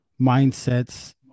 mindsets